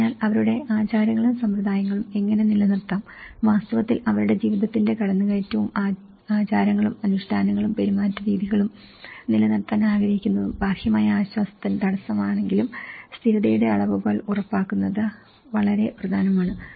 അതിനാൽ അവരുടെ ആചാരങ്ങളും സമ്പ്രദായങ്ങളും എങ്ങനെ നിലനിർത്താംവാസ്തവത്തിൽ അവരുടെ ജീവിതത്തിന്റെ കടന്നുകയറ്റവും ആചാരങ്ങളും അനുഷ്ഠാനങ്ങളും പെരുമാറ്റരീതികളും നിലനിർത്താൻ ആഗ്രഹിക്കുന്നതും ബാഹ്യമായ ആശ്വാസത്തിന് തടസ്സമാണെങ്കിലും സ്ഥിരതയുടെ അളവുകോൽ ഉറപ്പാക്കുന്നത് വളരെ പ്രധാനമാണ്